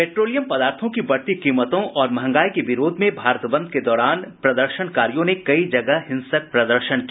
petroleum पदार्थों की बढ़ती कीमतों और महंगाई के विरोध में भारत बंद के दौरान प्रदर्शनकारियों ने कई जगह हिंसक प्रदर्शन किया